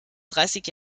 dreißig